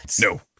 no